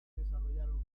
desarrollaron